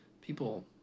people